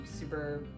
super